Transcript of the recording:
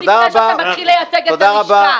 תעשה גילוי נאות לפני שאתה מתחיל לייצג את הלשכה.